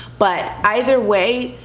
but either way,